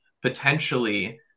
potentially